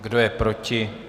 Kdo je proti?